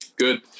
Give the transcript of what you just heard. Good